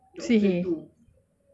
sihir